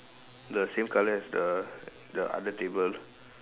the same colour as the the other table